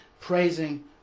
praising